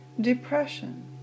Depression